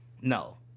no